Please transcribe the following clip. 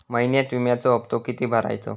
महिन्यात विम्याचो हप्तो किती भरायचो?